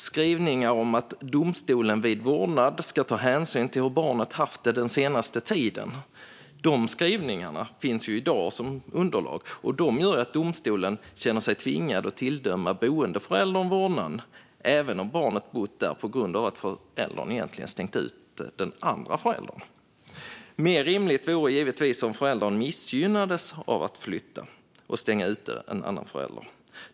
Skrivningar om att domstolen gällande vårdnad ska ta hänsyn till hur barnet har haft det den senaste tiden finns i dag som underlag, och de gör att domstolen känner sig tvingad att tilldöma boendeföräldern vårdnaden även om barnet har bott där på grund av att föräldern stängt ute den andra föräldern. Mer rimligt vore givetvis om föräldern missgynnades av att flytta och stänga ute en annan förälder.